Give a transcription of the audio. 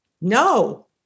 No